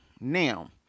Now